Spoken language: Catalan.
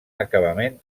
acabament